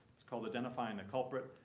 it's called identifying the culprit.